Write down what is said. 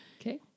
Okay